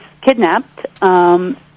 kidnapped